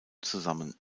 zusammen